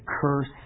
curse